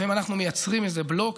לפעמים אנחנו מייצרים איזה בלוק,